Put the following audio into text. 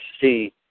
see